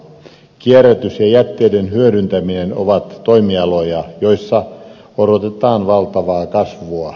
kierrätys ja jätteiden hyödyntäminen ovat toimialoja joilla odotetaan valtavaa kasvua